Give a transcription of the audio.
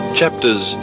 chapters